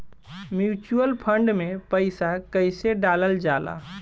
Mutual fund मे पईसा कइसे डालल जाला?